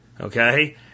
okay